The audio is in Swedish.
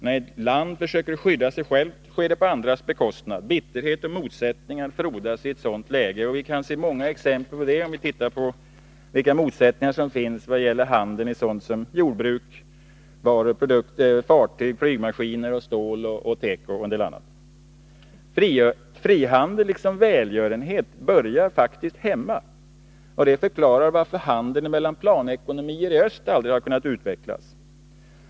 När ett land försöker skydda sig självt sker det på andras bekostnad. Bitterhet och motsättningar frodas i ett sådant läge. Vi kan se många exempel på det om vi studerar de motsättningar som finns i vad det gäller handeln med sådant som jordbruksprodukter, fartyg, flygmaskiner, stål, teko och en del annat. Frihandel, liksom välgörenhet, börjar faktiskt hemma. Detta förklarar varför handeln mellan planekonomier i öst aldrig kunnat utvecklas.